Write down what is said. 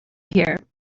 here